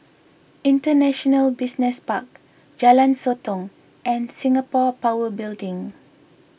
International Business Park Jalan Sotong and Singapore Power Building